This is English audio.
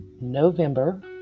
November